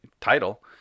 title